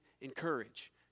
encourage